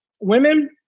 Women